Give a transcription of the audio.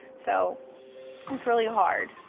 so it's really hard.